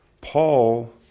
Paul